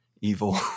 evil